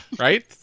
right